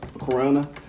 corona